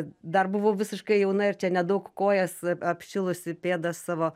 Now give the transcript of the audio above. dar buvau visiškai jauna ir čia nedaug kojas apšilusi pėdas savo